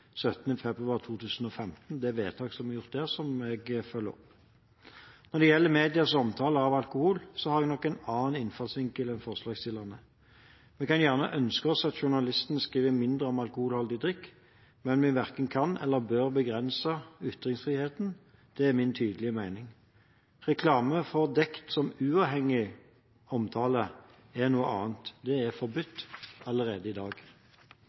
17. februar 2015 og det vedtaket som ble gjort der, som jeg følger opp. Når det gjelder medienes omtale av alkohol, har jeg nok en annen innfallsvinkel enn forslagsstillerne. Vi kan gjerne ønske oss at journalistene skriver mindre om alkoholholdig drikk, men vi verken kan eller bør begrense ytringsfriheten – det er min tydelige mening. Reklame fordekt som uavhengig omtale er noe annet. Det er forbudt allerede i dag.